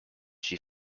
she